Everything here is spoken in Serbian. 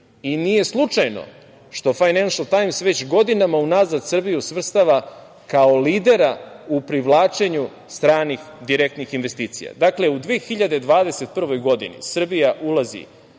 Nije slučajno što Fajnenšl Tajms već godinama unazad Srbiju svrstava kao lidera u privlačenju stranih direktnih investicija. Dakle, u 2021. godini Srbija ulazi